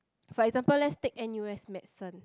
for example let's take N_U_S medicine